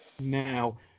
now